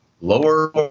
lower